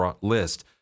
list